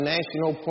National